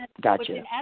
Gotcha